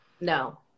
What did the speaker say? No